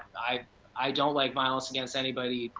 i i don't like violence against anybody,